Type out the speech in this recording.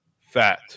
Fat